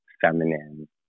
feminine